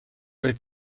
oedd